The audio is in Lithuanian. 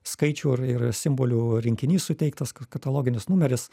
skaičių ir ir simbolių rinkinys suteiktas kad kataloginis numeris